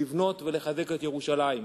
לבנות ולחזק את ירושלים.